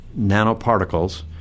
nanoparticles